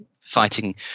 fighting